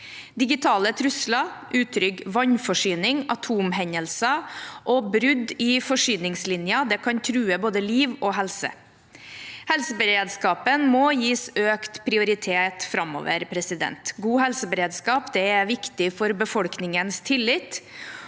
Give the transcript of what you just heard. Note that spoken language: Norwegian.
Digitale trusler, utrygg vannforsyning, atomhendelser og brudd i forsyningslinjer kan true både liv og helse. Helseberedskapen må gis økt prioritet framover. God helseberedskap er viktig for befolkningens tillit,